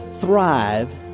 thrive